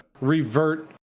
revert